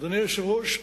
אדוני היושב-ראש,